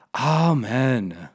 Amen